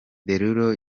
derulo